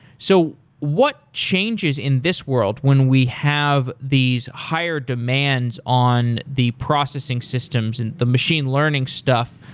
so what changes in this world when we have these higher demands on the processing systems and the machine learning stuff,